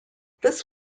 this